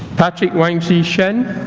patrick wangzi shen